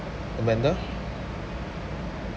amanda